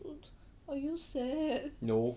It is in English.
what you said